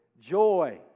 joy